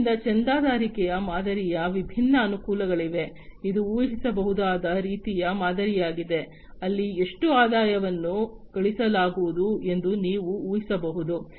ಆದ್ದರಿಂದ ಚಂದಾದಾರಿಕೆ ಮಾದರಿಯ ವಿಭಿನ್ನ ಅನುಕೂಲಗಳಿವೆ ಇದು ಊಹಿಸಬಹುದಾದ ರೀತಿಯ ಮಾದರಿಯಾಗಿದೆ ಅಲ್ಲಿ ಎಷ್ಟು ಆದಾಯವನ್ನು ಗಳಿಸಲಾಗುವುದು ಎಂದು ನೀವು ಊಹಿಸಬಹುದು